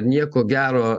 nieko gero